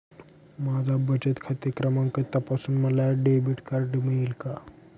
माझा बचत खाते क्रमांक तपासून मला डेबिट कार्ड मिळेल का?